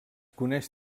coneix